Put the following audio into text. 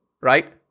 right